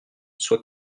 soit